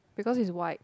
because it's white